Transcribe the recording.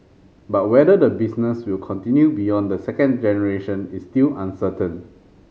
but whether the business will continue beyond the second generation is still uncertain